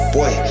Boy